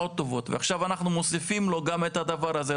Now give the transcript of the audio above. ועכשיו אנחנו מוסיפים לו גם את הדבר הזה.